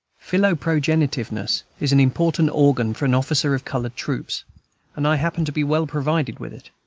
philoprogenitiveness is an important organ for an officer of colored troops and i happen to be well provided with it.